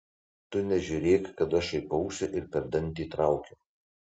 tu nežiūrėk kad aš šaipausi ir per dantį traukiu